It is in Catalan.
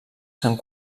sant